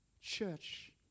church